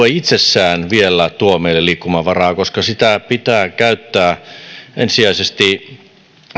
ei itsessään vielä tuo meille liikkumavaraa koska sitä pitää käyttää ensisijaisesti